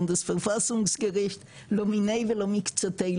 לא מיני ולא מקצתי,